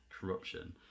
corruption